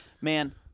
Man